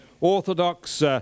orthodox